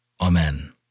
Amen